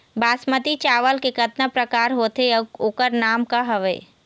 बासमती चावल के कतना प्रकार होथे अउ ओकर नाम क हवे?